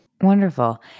Wonderful